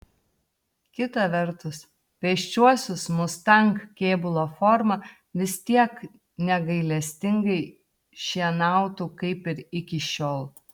kita vertus pėsčiuosius mustang kėbulo forma vis tiek negailestingai šienautų kaip ir iki šiol